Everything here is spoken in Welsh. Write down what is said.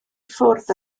ffwrdd